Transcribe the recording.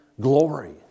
glory